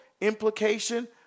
implication